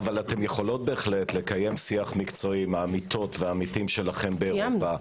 אבל אתן יכולות לקיים שיח מקצועי עם העמיתות והעמיתים שלכם באירופה.